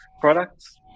products